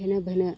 ᱵᱷᱤᱱᱟᱹ ᱵᱷᱤᱱᱟᱹ